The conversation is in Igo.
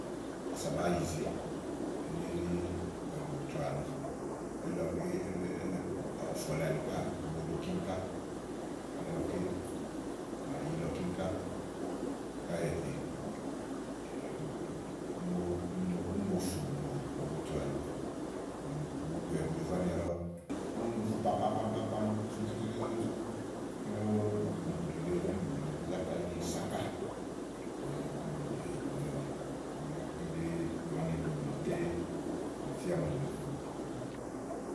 kása bàáa yize elí ɖíí bubutu àni elílɔké ɔ̀fɔ̀ lèe àni káà bo ɖo kíni ká elílɔké, bà yilɔ kíni ká káèè tè úni no fù blù bubutu àni bùyòvoè áni àlɔ úni úni no fù. pam pam pam pam frutu tu tuutu. kíni ówò nì bɔ̀nɛ̀ bu zá kpalí ní sáká ówò nìgò lɔ lèe. kíni ɖí amáni ulu màaké ɔmi fia ɔmi ù nyo.